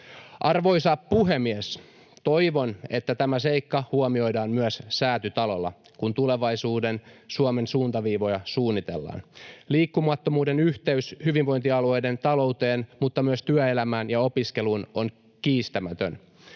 Arvoisa puhemies, toivon, että tämä seikka huomioidaan myös Säätytalolla, kun tulevaisuuden Suomen suuntaviivoja suunnitellaan. Liikkumattomuuden yhteys hyvinvointialueiden talouteen mutta myös työelämään ja opiskeluun on kiistämätön.